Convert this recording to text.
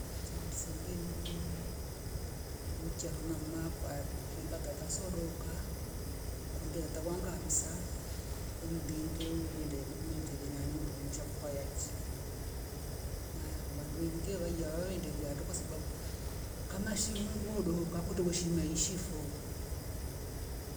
Cha msingi ni niuchiya kanahma kwa mhemba tata sodoka kwambe tawanga imnidinde uwendele uitikinane undungusha kwa yatchi, na vandu wengeiye waiya wandega tu kwasababu kama shi nungu hudoka kute veshi meishifo